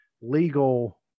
legal